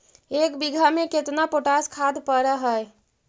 एक बिघा में केतना पोटास खाद पड़ है?